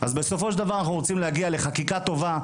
אז בסופו של דבר אנחנו רוצים להגיע לחקיקה טובה,